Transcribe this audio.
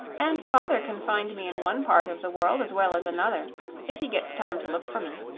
and father can find me in one part of the world as well as another if he gets time to look for me.